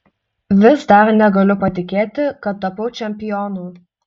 vis dar negaliu patikėti kad tapau čempionu